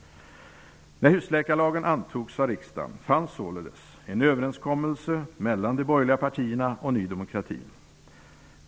När husläkarlagen antogs av riksdagen fanns således en överenskommelse mellan de borgerliga partierna och Ny demokrati.